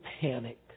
panic